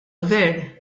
gvern